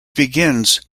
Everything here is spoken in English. begins